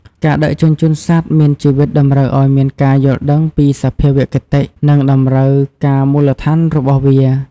ការដឹកជញ្ជូនសត្វមានជីវិតតម្រូវឱ្យមានការយល់ដឹងពីសភាវគតិ និងតម្រូវការមូលដ្ឋានរបស់វា។